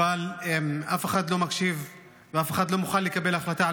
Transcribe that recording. אבל אף אחד לא מקשיב ואף אחד לא מוכן לקבל החלטה על